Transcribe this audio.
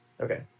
Okay